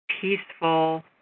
peaceful